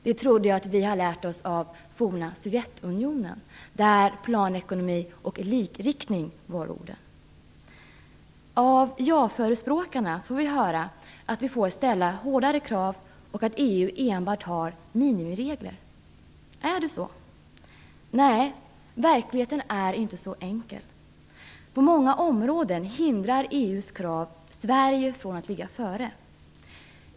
Det trodde jag att vi hade lärt oss av forna Sovjetunionen, där planekonomi och likriktning var orden. Av ja-förespråkarna får vi höra att vi får ställa hårdare krav och att EU enbart har minimiregler. Är det så? Nej, verkligheten är inte så enkel. På många områden hindrar EU:s krav Sverige från att ligga före.